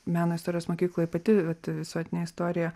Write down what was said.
meno istorijos mokykloj pati vat visuotinę istoriją